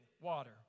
water